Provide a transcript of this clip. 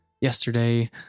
yesterday